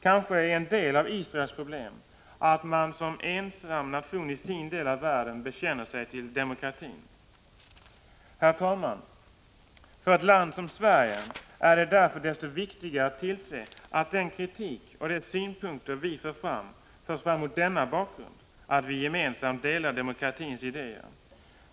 Kanske är en del av Israels problem att Israel som ensam nation i sin del av världen bekänner sig till demokratin. Herr talman! För ett land som Sverige är det därför desto viktigare att tillse att den kritik och de synpunker vi för fram, förs fram mot bakgrund av att vi gemensamt delar demokratins idéer.